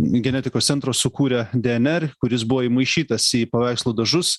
genetikos centro sukūrė dnr kuris buvo įmaišytas į paveikslų dažus